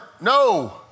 No